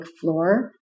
floor